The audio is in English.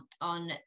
on